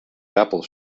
apple